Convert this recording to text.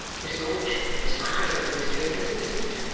his lordship, with his eyes upon his papers, listened,